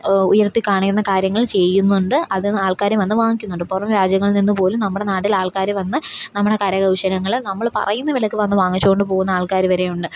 ഉയർത്തി കാണുന്ന കാര്യങ്ങൾ ചെയ്യുന്നുണ്ട് അത് ആൾക്കാർ വന്ന് വാങ്ങിക്കുന്നുണ്ട് പുറംരാജ്യങ്ങളിൽ നിന്നുപോലും നമ്മുടെ നാട്ടിൽ ആൾക്കാർ വന്ന് നമ്മുടെ കരകൗശലങ്ങൾ നമ്മൾ പറയുന്ന വിലയ്ക്ക് വന്ന് വാങ്ങിച്ചുകൊണ്ട് പോകുന്ന ആൾക്കാർ വരെയുണ്ട്